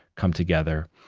come together,